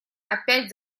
опять